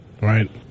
Right